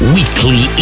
Weekly